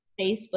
facebook